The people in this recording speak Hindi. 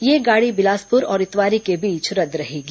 यह गाड़ी बिलासपुर और इतवारी के बीच रद्द रहेगी